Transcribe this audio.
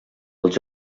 als